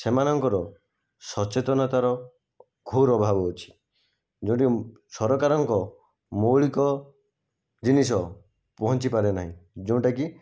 ସେମାନଙ୍କର ସଚେତନତାର ଘୋର ଅଭାବ ଅଛି ଯେଉଁଠି ସରକାରଙ୍କ ମୌଳିକ ଜିନିଷ ପହଞ୍ଚି ପାରେନାହିଁ ଯେଉଁଟାକି